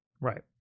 Right